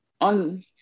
on